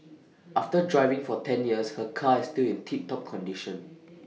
after driving for ten years her car is still in tip top condition